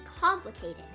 complicated